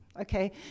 Okay